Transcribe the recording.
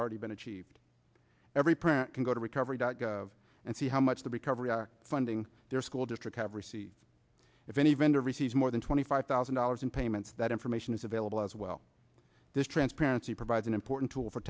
already been achieved every parent can go to recovery dot gov and see how much the recovery funding their school district every see if any vendor receives more than twenty five thousand dollars in payments that information is available as well this transparency provides an important tool for